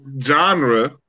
genre